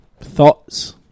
thoughts